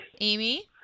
Amy